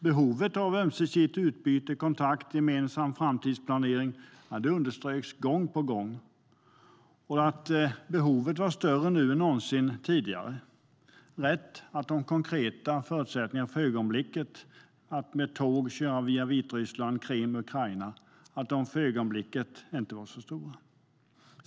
Behovet av ömsesidigt utbyte, kontakt, gemensam framtidsplanering underströks gång på gång. Behovet var större nu än någonsin tidigare. De konkreta förutsättningarna för att med tåg köra via Vitryssland, Krim och Ukraina synes för ögonblicket inte vara så stora. Herr talman!